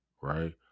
right